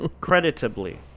Creditably